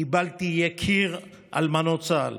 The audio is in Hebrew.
קיבלתי יקיר אלמנות צה"ל.